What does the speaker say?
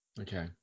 okay